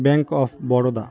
bank of Baroda